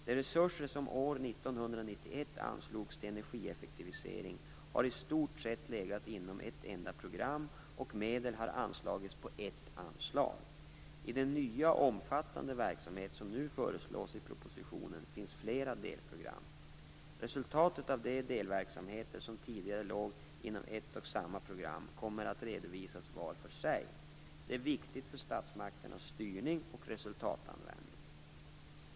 De resurser som år 1991 anslogs till energieffektivisering har i stort sett legat inom ett enda program, och medel har anslagits på ett anslag. I den nya, omfattande verksamhet som nu föreslås i propositionen finns det flera delprogram. Resultaten av de delverksamheter som tidigare låg inom ett och samma program kommer att redovisas vart och ett för sig. Det är viktigt för statsmakternas styrning och resultatvärdering.